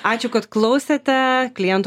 ačiū kad klausėte klientų